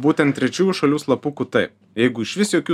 būtent trečiųjų šalių slapukų taip jeigu išvis jokių